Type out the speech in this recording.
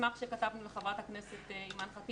במסמך שכתבנו לחברת הכנסת אימאן ח'טיב